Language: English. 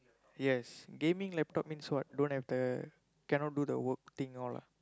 yes gaming laptop means what don't have the cannot do the work thing all ah